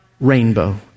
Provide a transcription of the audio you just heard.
rainbow